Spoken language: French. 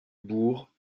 bourg